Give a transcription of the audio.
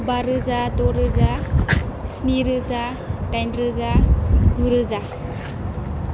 बा रोजा द' रोजा स्नि रोजा दाइन रोजा गुरोजा